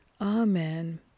Amen